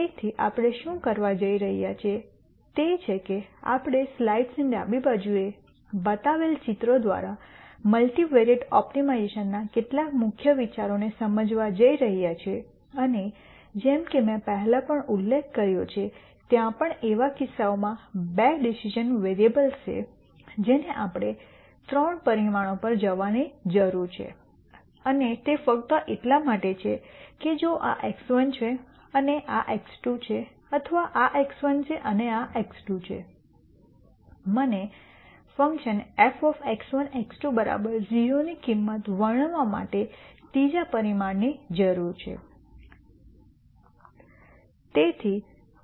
તેથી આપણે શું કરવા જઈ રહ્યા છીએ તે છે કે આપણે સ્લાઇડ્સની ડાબી બાજુએ બતાવેલા ચિત્રો દ્વારા મલ્ટિવેરિયેટ ઓપ્ટિમાઇઝેશનના કેટલાક મુખ્ય વિચારોને સમજાવવા જઈ રહ્યા છીએ અને જેમ કે મેં પહેલા પણ ઉલ્લેખ કર્યો છે ત્યાં પણ એવા કિસ્સાઓમાં બે ડિસિઝન વેરીએબલ્સ છે જેને આપણે 3 પરિમાણો પર જવાની જરૂર છે અને તે ફક્ત એટલા માટે છે કે જો આ x1 છે અને આ x2 છે અથવા આ x1 છે અને આ x2 છે મને ફંક્શન fx1 x2 0ની કિંમત વર્ણવવા માટે ત્રીજા પરિમાણની જરૂર છે